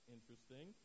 Interesting